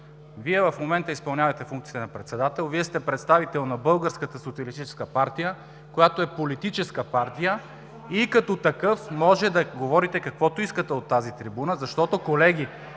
Вие в момента изпълнявате функцията на председател, Вие сте представител на Българската социалистическа партия, която е политическа партия и като такъв може да говорите каквото искате от тази трибуна. Защото, колеги,